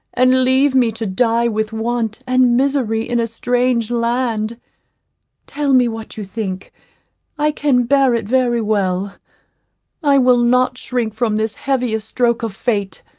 and leave me to die with want and misery in a strange land tell me what you think i can bear it very well i will not shrink from this heaviest stroke of fate